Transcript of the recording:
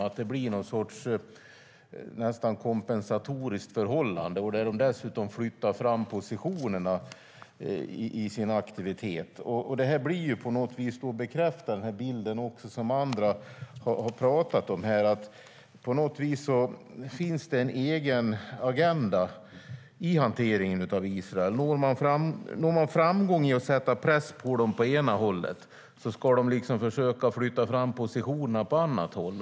Det blir nästan någon sorts kompensatoriskt förhållande. Dessutom flyttar de fram positionerna inom sin aktivitet. Det bekräftar på något sätt den bild som andra här talat om, att det tycks finnas en särskild agenda i hanteringen av Israel. Når man framgång på ett håll genom att sätta press på dem försöker de i stället flytta fram positionerna på annat håll.